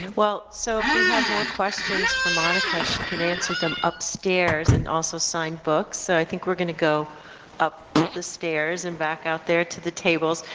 well, so if we have more questions for monica she can answer them upstairs and also sign books. so i think we're going to go up the stairs and back out there to the tables.